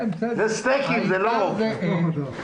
אלה סטייקים ולא עוף.